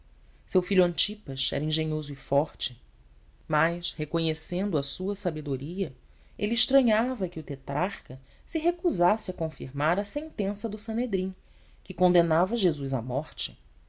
seu filho antipas era engenhoso e forte mas reconhecendo a sua sabedoria ele estranhava que o tetrarca se recusasse a confirmar a sentença do sanedrim que condenava jesus à morte